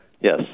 Yes